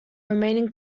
remaining